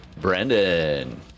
Brandon